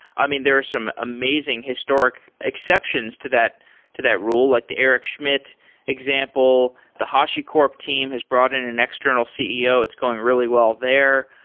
i mean, there are some amazing historic exceptions to that to that rule, like the eric schmidt example, the harshicorp team has brought in an external ceo. it's going really well there.